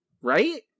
Right